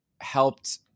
helped